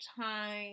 time